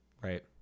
Right